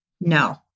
No